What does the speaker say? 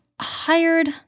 hired